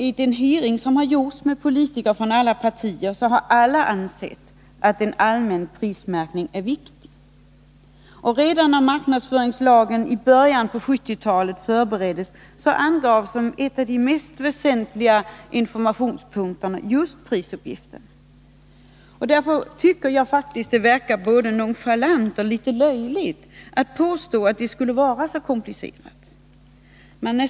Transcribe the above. I en hearing som gjorts med politiker från alla partier framhölls från samtliga håll att en allmän prismärkning är viktig. Redan när marknadsföringslagen förbereddes i början av 1970-talet angavs priset som en av de mest väsentliga informationspunkterna. Därför verkar det både nonchalant och litet löjligt när det påstås att det skulle vara så komplicerat att genomföra en allmän prisinformation.